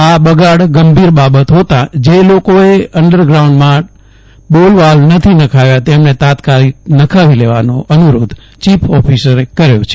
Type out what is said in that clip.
આ બગાડ ગંભીર બાબત હોતાં જે લોકોએ અન્ડર ગ્રાઉન્ઠ ટાંકામાં બોલ વાલ્વ નથી નખાવ્યા તેમણે તાત્કાલિક નખાવી લેવાનો અનુરોધ ચીફ ઓફિસરે કર્યો છે